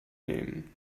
nehmen